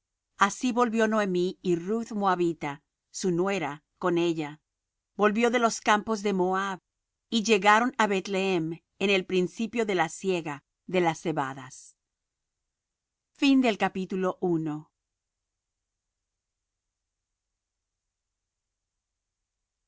así volvió noemi y ruth moabita su nuera con ella volvió de los campos de moab y llegaron á beth-lehem en el principio de la siega de las cebadas